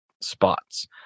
spots